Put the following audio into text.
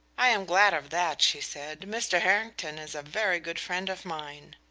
i am glad of that, she said mr. harrington is a very good friend of mine.